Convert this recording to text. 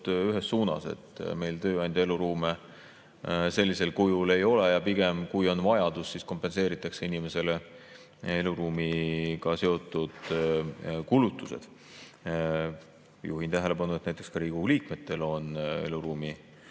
ühes suunas: meil tööandja eluruume sellisel kujul ei ole, kui on vajadus, siis pigem kompenseeritakse inimesele eluruumiga seotud kulutused. Juhin tähelepanu, et näiteks ka Riigikogu liikmetel on eluruumi